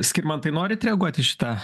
skirmantai norit reaguoti į šitą